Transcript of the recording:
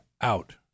out